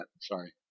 Sorry